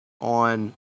on